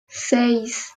seis